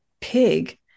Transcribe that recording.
pig